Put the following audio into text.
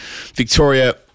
Victoria